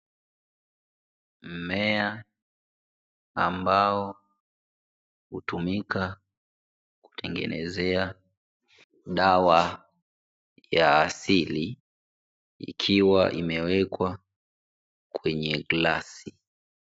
Mmea ambao hutumika kutengenezea dawa ya asili, ikiwa imewekwa kwenye glasi.